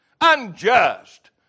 unjust